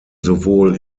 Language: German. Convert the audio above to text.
sowohl